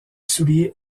souliers